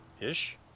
ish